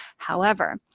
however,